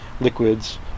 liquids